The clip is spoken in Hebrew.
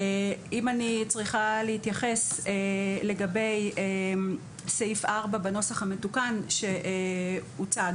אם אני צריכה להתייחס לגבי סעיף 4 בנוסח המתוקן שהוצג,